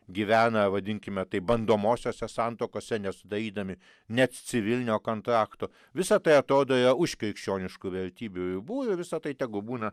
gyvena vadinkime taip bandomosiose santuokose nesudarydami necivilinio kontakto visa tai atrodo yra už krikščioniškų vertybių buvę visą tai tegu būna